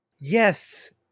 Yes